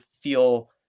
feel